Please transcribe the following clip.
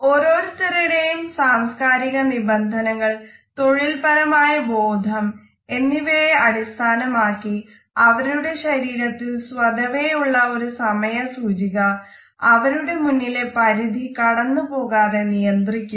ഓരോരുത്തരുടെയും സാംസ്കാരിക നിബന്ധനകൾ തൊഴിൽപരമായ ബോധം എന്നിവയെ അടിസ്ഥാനമാക്കി അവരുടെ ശരീരത്തിൽ സ്വതവേയുള്ള ഒരു സമയസൂചിക അവരുടെ മുന്നിലെ പരിധി കടന്നു പോകാതെ നിയന്ത്രിക്കുന്നു